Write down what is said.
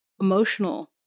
emotional